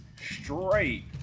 straight